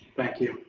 thank you.